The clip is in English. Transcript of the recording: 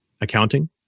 accounting